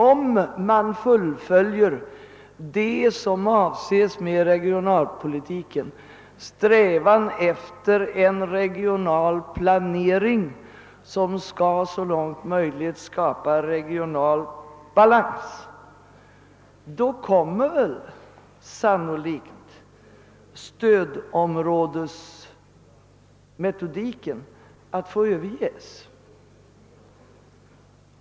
Om man fullföljer vad som avses med regio nalpolitiken — en regionalplanering som så långt möjligt skall skapa regional balans — kommer sannolikt stöd områdesmetodiken att få överges.